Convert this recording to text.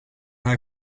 haar